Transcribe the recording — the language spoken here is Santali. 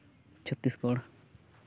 ᱪᱷᱚᱛᱨᱤᱥᱜᱚᱲ